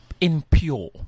impure